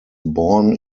born